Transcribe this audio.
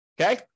Okay